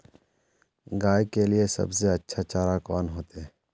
गाय के लिए सबसे अच्छा चारा कौन होते?